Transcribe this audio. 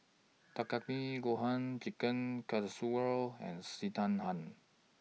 Takikomi Gohan Chicken Casserole and Sekihan